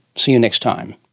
see you next time